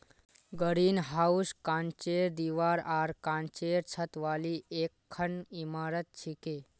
greenhouse कांचेर दीवार आर कांचेर छत वाली एकखन इमारत छिके